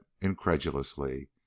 incredulously